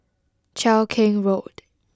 Cheow Keng Road